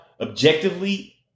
objectively